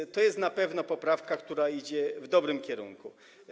Więc to jest na pewno poprawka, która idzie w dobrym kierunku.